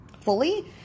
fully